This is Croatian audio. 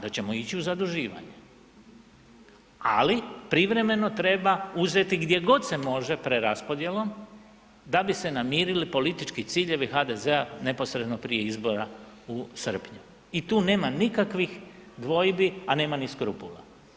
Da ćemo ići u zaduživanje ali privremeno treba uzeti gdje god se može preraspodjelom da bi se namirili politički ciljevi HDZ-a neposredno prije izbora u srpnju i tu nema nikakvi dvojbi a nema ni skrupula.